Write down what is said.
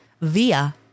via